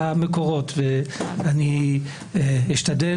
-- וזהו האתגר.